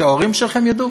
שההורים שלכם ידעו?